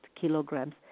kilograms